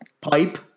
pipe